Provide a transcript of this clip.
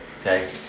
okay